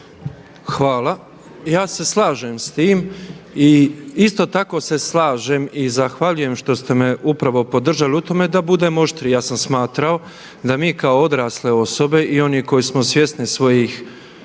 Hvala. Ja se slažem s tim i isto tako se slažem i zahvaljujem što ste me upravo podržali u tome da budem oštriji. Ja sam smatrao da mi kao odrasle osobe i oni koji smo svjesni svojih